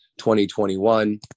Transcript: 2021